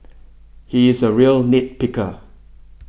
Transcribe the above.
he is a real nit picker